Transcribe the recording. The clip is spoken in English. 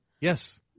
yes